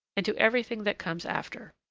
and to everything that comes after.